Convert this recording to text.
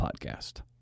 podcast